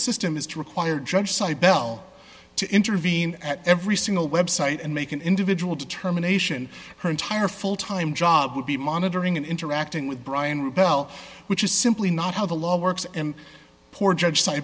system is to require drug sydell to intervene at every single website and make an individual determination her entire full time job would be monitoring and interacting with brian bell which is simply not how the law works poor judge